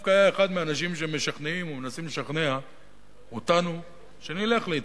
דווקא היה אחד מהאנשים שמשכנעים או מנסים לשכנע אותנו שנלך להתחבק.